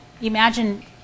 imagine